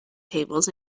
tables